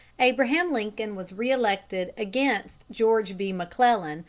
abraham lincoln was re-elected against george b. mcclellan,